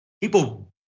people